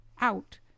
out